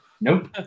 Nope